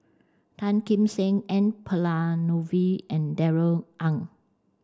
Tan Kim Seng N Palanivelu and Darrell Ang